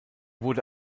wurde